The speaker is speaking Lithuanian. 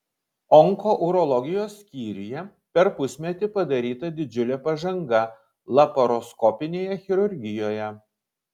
onkourologijos skyriuje per pusmetį padaryta didžiulė pažanga laparoskopinėje chirurgijoje